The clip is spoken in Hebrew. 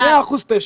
100% פשע.